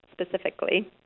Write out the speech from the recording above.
specifically